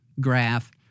graph